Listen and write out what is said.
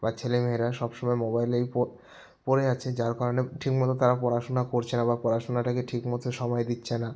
বা ছেলে মেয়েরা সব সময় মোবাইলেই পড়ে আছে যার কারণে ঠিক মতো তারা পড়াশোনা করছে না বা পড়াশোনাটাকে ঠিক মতো সময় দিচ্ছে না